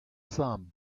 thumb